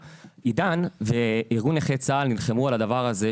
עידן וארגון נכי צה"ל נלחמו על הדבר הזה,